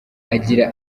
agira